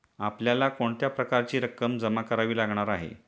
आपल्याला कोणत्या प्रकारची रक्कम जमा करावी लागणार आहे?